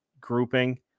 grouping